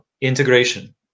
integration